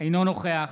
אינו נוכח